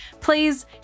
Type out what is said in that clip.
please